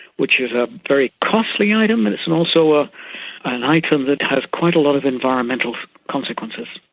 which is a very costly item and it's and also ah an item that has quite a lot of environmental consequences.